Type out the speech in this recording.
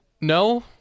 No